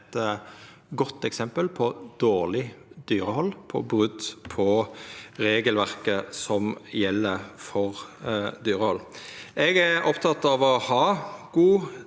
eit godt eksempel på dårleg dyrehald, på brot på regelverket som gjeld for dyrehald. Eg er oppteken av å ha god